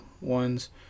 ones